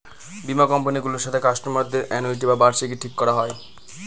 বীমা কোম্পানি গুলোর সাথে কাস্টমারদের অনুইটি বা বার্ষিকী ঠিক করা হয়